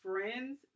friends